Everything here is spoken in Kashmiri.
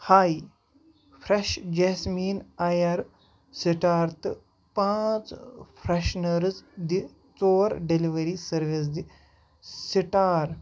ہاے فرٛٮ۪ش جیسمیٖن اَیر سٹار تہٕ پانٛژھ فرٛٮ۪شنٲرٕز دِ ژور ڈیٚلؤری سٔروِس دِ سٹار